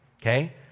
okay